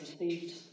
received